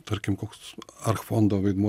tarkim koks ar fondo vaidmuo